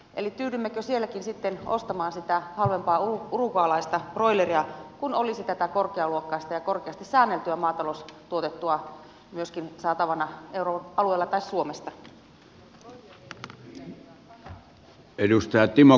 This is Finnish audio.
eli tyydymmekö sielläkin sitten ostamaan sitä halvempaa uruguaylaista broileria kun olisi tätä korkealuokkaista ja korkeasti säänneltyä maataloustuotettua myöskin saatavana euroalueella tai suomesta